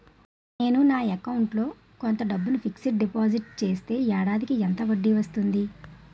నేను నా అకౌంట్ లో కొంత డబ్బును ఫిక్సడ్ డెపోసిట్ చేస్తే ఏడాదికి ఎంత వడ్డీ వస్తుంది?